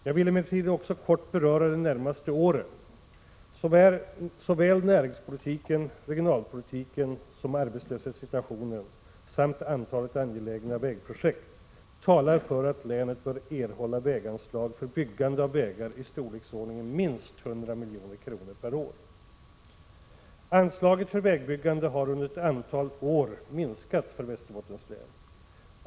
Jag vill emellertid också kort beröra förhållandena under de närmaste åren. Såväl näringspolitiken som regionalpolitiken och arbetsslöshetssituationen, samt antalet angelägna vägprojekt, talar för att länet bör erhålla väganslag för byggande av vägar i storleksordningen minst 100 milj.kr. per år. Anslaget för vägbyggandet har under ett antal år minskat vad gäller Västerbottens län.